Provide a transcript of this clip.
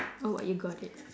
oh you got it